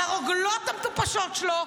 על הרוגלות המטופשות שלו,